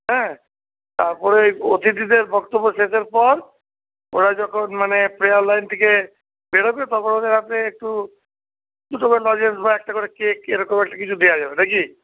হ্যাঁ তারপরে অথিতিদের বক্তব্য শেষের পর ওরা যখন মানে প্রেয়ার লাইন থেকে বেরোবে তখন ওদের আপনি একটু দুটো করে লজেন্স বা একটা করে কেক এরকম একটা কিছু দেওয়া যাবে নাকি